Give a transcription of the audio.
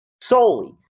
solely